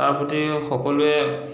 তাৰ প্ৰতি সকলোৱে